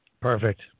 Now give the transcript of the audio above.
Perfect